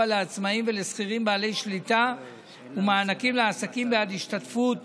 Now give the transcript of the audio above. לעצמאים ולשכירים בעלי שליטה ומענקים לעסקים בעד השתתפות